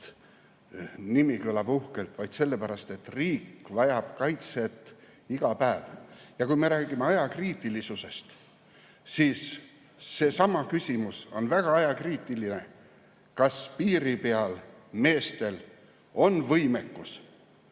nimi kõlab uhkelt, vaid sellepärast, et riik vajab kaitset iga päev. Ja kui me räägime ajakriitilisusest, siis seesama küsimus on väga ajakriitiline: kas piiri peal meestel on võimekus